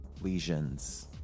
Lesions